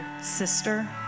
sister